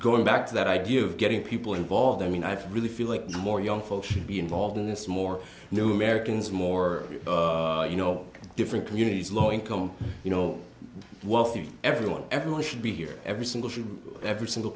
going back to that idea of getting people involved i mean i've really feel like more young folks should be involved in this more new americans more you know different communities low income you know one thing everyone everyone should be here every single every single